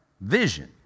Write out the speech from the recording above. vision